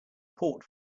port